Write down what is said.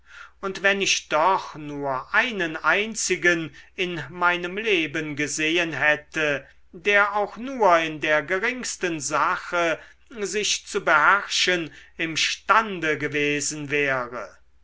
und wenn ich doch nur einen einzigen in meinem leben gesehen hätte der auch nur in der geringsten sache sich zu beherrschen imstande gewesen wäre